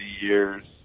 years